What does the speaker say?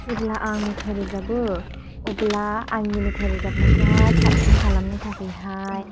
जेब्ला आं मेथाइ रोजाबो अब्ला आंनि मेथाइ रोजाबनायखौ हाय साबसिन खालामनो थाखायहाय